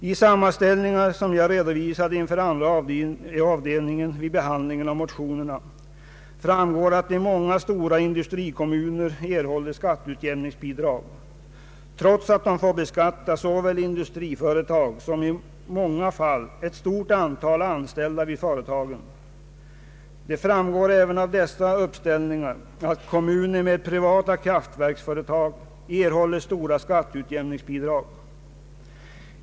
I sammanställningar, som jag redovisade inför andra avdelningen vid behandlingen av motionerna, framgår det att många stora industrikommuner erhåller stora skatteutjämningsbidrag, trots att de får beskatta såväl industriföretag som, i många fall, ett stort antal anställda vid företagen. Det framgår även av dessa uppställningar att kommuner med privata kraftverksföretag erhåller stora skatteutjämningsbidrag.